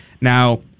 Now